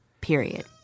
Period